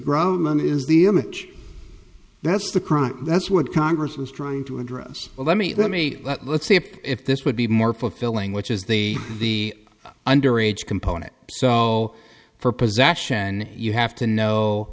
man is the image that's the crime that's what congress was trying to address well let me let me let let's see if this would be more fulfilling which is the the under age component so for possession you have to know